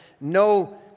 no